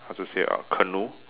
how to say uh canoe